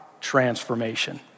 transformation